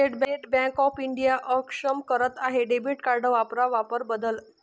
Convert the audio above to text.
state Bank of India अक्षम करत आहे डेबिट कार्ड वापरा वापर बदल